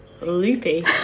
loopy